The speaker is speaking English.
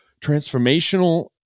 Transformational